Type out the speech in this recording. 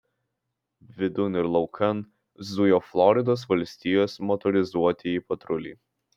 vidun ir laukan zujo floridos valstijos motorizuotieji patruliai